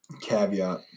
caveat